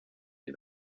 des